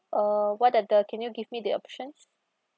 uh what are the can you give me the options